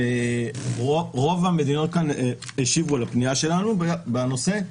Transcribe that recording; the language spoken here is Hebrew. רוב המדינות השיבו לפנייה שלנו בנושא,